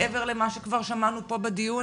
מעבר למה שכבר שמענו פה בדיון?